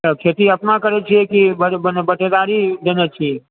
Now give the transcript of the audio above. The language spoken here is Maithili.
खेती अपना करै छियै की माने बटेदारी देने छियै